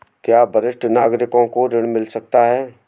क्या वरिष्ठ नागरिकों को ऋण मिल सकता है?